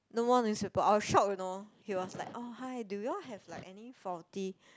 no more newspaper I was shock you know he was like oh hi do you all have like any faulty